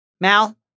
Mal